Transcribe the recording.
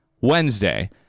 Wednesday